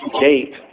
gate